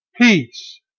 Peace